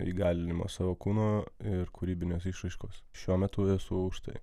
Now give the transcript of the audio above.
įgalinimo savo kūno ir kūrybinės išraiškos šiuo metu esu už tai